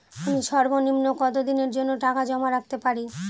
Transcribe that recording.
আমি সর্বনিম্ন কতদিনের জন্য টাকা জমা রাখতে পারি?